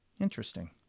Interesting